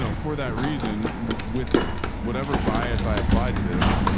so for that reason, with whatever bias, i applied to this